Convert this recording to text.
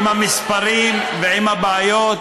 עם המספרים ועם הבעיות.